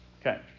Okay